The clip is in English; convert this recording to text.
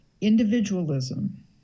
individualism